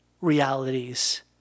realities